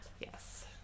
Yes